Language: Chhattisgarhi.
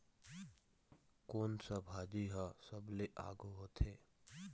कोन सा भाजी हा सबले आघु होथे?